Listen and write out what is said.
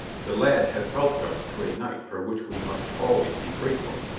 the lad has helped us to a night for which we must always be grateful,